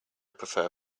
prefer